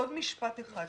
עוד משפט אחד.